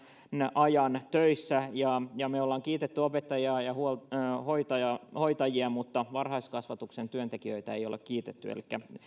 ajan töissä me olemme kiittäneet opettajia ja hoitajia mutta varhaiskasvatuksen työntekijöitä ei olla kiitetty elikkä